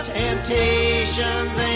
temptations